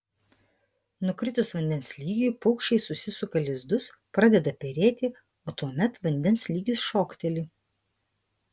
nukritus vandens lygiui paukščiai susisuka lizdus pradeda perėti o tuomet vandens lygis šokteli